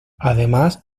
además